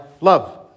love